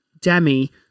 demi